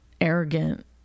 arrogant